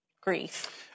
grief